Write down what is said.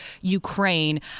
Ukraine